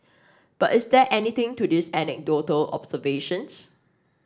but is there anything to these anecdotal observations